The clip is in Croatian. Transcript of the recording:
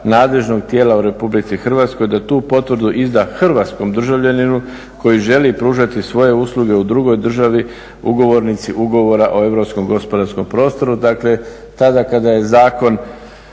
nadležnog tijela u Republici Hrvatskoj da tu potvrdu izda hrvatskom državljaninu koji želi pružati svoje usluge u drugoj državi ugovornici ugovora o europskom gospodarskom prostoru. Dakle, tada kada je zakon